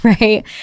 Right